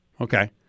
okay